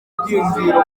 byiyumviro